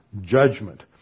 judgment